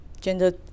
gender